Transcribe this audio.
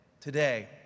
today